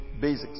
basics